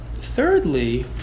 thirdly